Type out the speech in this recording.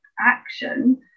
action